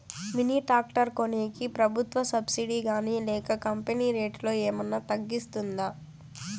Mini tractor కొనేకి ప్రభుత్వ subsidy గాని లేక కంపెని రేటులో ఏమన్నా తగ్గిస్తుందా?